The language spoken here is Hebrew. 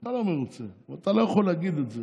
אתה לא מרוצה אבל אתה לא יכול להגיד את זה,